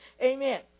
Amen